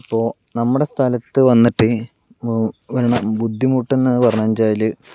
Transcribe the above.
ഇപ്പൊൾ നമ്മുടെ സ്ഥലത്ത് വന്നിട്ട് ബുദ്ധിമുട്ട് എന്ന് പറഞ്ഞു വെച്ചാല്